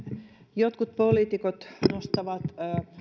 jotkut poliitikot nostavat